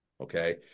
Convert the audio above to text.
okay